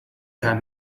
time